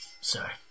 Sorry